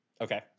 Okay